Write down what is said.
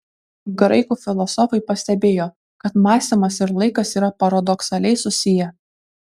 graikų filosofai pastebėjo kad mąstymas ir laikas yra paradoksaliai susiję